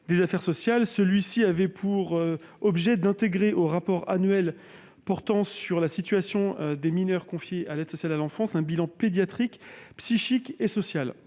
nationale. Cet article avait pour objet d'intégrer au rapport annuel pourtant sur la situation des mineurs confiés à l'aide sociale à l'enfance un bilan pédiatrique, psychique et social.